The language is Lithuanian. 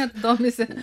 kad domiesi